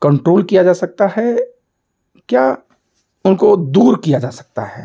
control किया जा सकता या उनको दूर किया जा सकता है